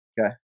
Okay